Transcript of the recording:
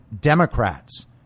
Democrats